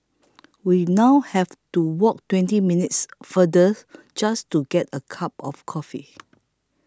we now have to walk twenty minutes farther just to get a cup of coffee